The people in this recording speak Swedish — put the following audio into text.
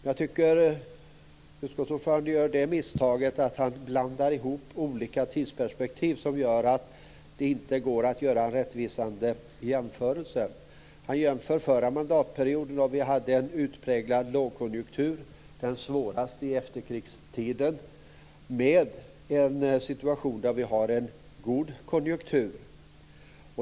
Jag tycker att utskottsordföranden gör misstaget att han blandar ihop olika tidsperspektiv som gör att det inte går att göra en rättvisande jämförelse. Han jämför den förra mandatperioden, då det var en utpräglad lågkonjunktur - den svåraste under efterkrigstiden - med nuvarande situation med god konjunktur.